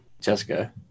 jessica